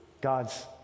God's